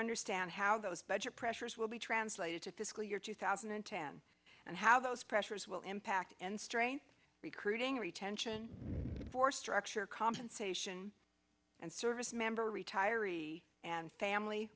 understand how those budget pressures will be translated to fiscal year two thousand and ten and how those pressures will impact in strength recruiting retention the force structure compensation and service member retiree and family